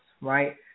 right